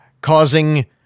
causing